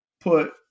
put